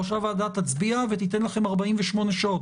או שהועדה תצביע ותיתן לכם 48 שעות.